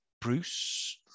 Bruce